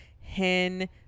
hen